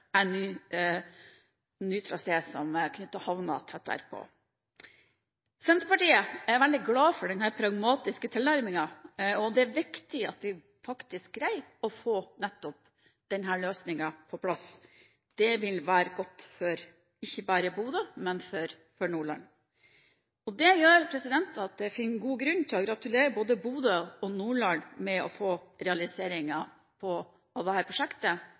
ny trasé som knytter havnen tettere på. Senterpartiet er veldig glad for denne pragmatiske tilnærmingen, og det er viktig at vi faktisk greier å få nettopp denne løsningen på plass. Det vil være godt ikke bare for Bodø, men for Nordland. Det gjør at jeg finner god grunn til å gratulere både Bodø og Nordland med å få realiseringen av dette prosjektet på